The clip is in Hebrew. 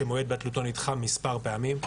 שמועד בטלותו נדחה מספר פעמים,